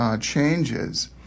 changes